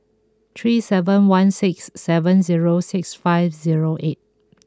three seven one six seven zero six five zero eight